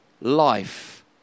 life